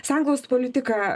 sanglaudos politika